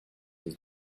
his